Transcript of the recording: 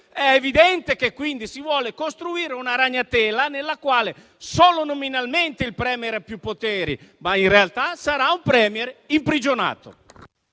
È evidente che quindi si vuole costruire una ragnatela nella quale solo nominalmente il *Premier* ha più poteri, ma in realtà sarà un *Premier* imprigionato.